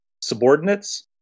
subordinates